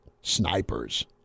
snipers